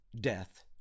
death